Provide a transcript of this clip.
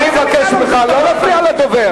אני מבקש ממך לא להפריע לדובר,